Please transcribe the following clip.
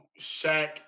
Shaq